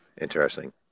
Interesting